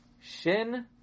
shin